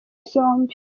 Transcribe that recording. zombi